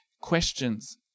questions